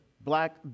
Black